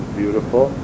beautiful